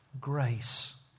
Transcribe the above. grace